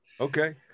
Okay